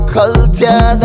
culture